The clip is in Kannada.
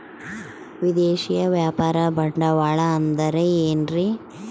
ವಿದೇಶಿಯ ವ್ಯಾಪಾರ ಬಂಡವಾಳ ಅಂದರೆ ಏನ್ರಿ?